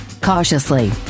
Cautiously